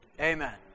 Amen